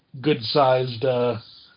good-sized